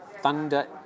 Thunder